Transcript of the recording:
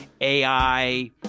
AI